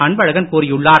அன்பழகன் கூறியுள்ளார்